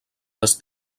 les